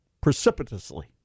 precipitously